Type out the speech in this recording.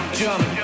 jump